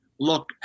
look